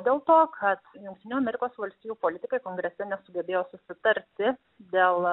dėl to kad jungtinių amerikos valstijų politikai kongrese nesugebėjo susitarti dėl